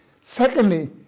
secondly